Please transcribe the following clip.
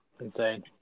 Insane